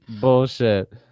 bullshit